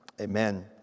amen